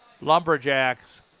Lumberjacks